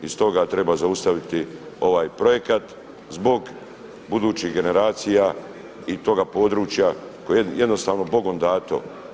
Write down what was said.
I stoga treba zaustaviti ovaj projekat zbog budućih generacija i toga područja koji je jednostavno Bogom dato.